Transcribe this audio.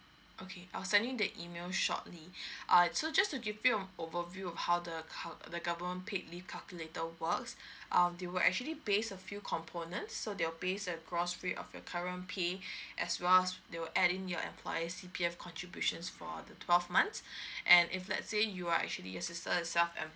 okay I'll sending the email shortly err so just to give you a overview of how the cal~ the government paid leave calculator works um they will actually based a few component so they'll based of gross fee of your current pay as well as they will adding your employee C_P_F contributions for the twelve months and if let's say you are actually your sister herself